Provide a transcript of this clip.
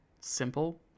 simple